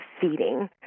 feeding